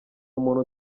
umuntu